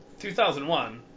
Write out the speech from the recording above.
2001